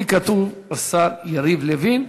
לי כתוב, השר יריב לוין.